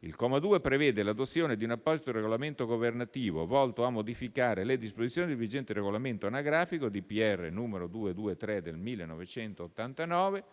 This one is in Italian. Il comma 2 prevede l'adozione di un apposito regolamento governativo volto a modificare le disposizioni del vigente regolamento anagrafico (decreto del Presidente della Repubblica n. 223 del 1989),